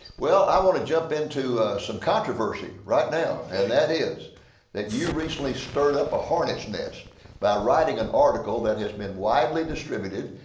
well, i want to jump into some controversy right now, and that is that you recently stirred up a hornets nest by writing an article that has been widely distributed.